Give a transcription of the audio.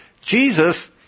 Jesus